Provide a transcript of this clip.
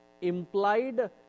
implied